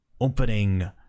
Opening